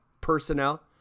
personnel